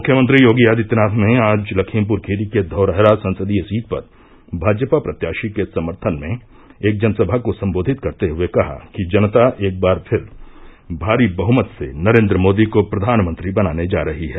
मुख्यमंत्री योगी आदित्यनाथ ने आज लखीमपुर खीरी के धौरहरा संसदीय सीट पर भाजपा प्रत्याषी के समर्थन में एक जनसभा को सम्बोधित करते हुये कहा कि जनता एक बार फिर भारी बहुमत से नरेन्द्र मोदी को प्रधानमंत्री बनाने जा रही है